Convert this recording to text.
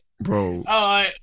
Bro